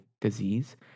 disease